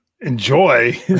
Enjoy